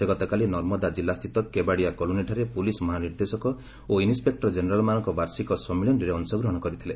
ସେ ଗତକାଲି ନର୍ମଦା କିଲ୍ଲାସ୍ଥିତ କେବାଡ଼ିଆ କଲୋନିଠାରେ ପୁଲିସ୍ ମହାନିର୍ଦ୍ଦେଶକ ଓ ଇନ୍ନପେକ୍ର ଜେନେରାଲ୍ମାନଙ୍କ ବାର୍ଷିକ ସମ୍ମିଳନୀରେ ଅଂଶଗ୍ରହଣ କରିଥିଲେ